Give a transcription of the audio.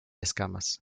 escamas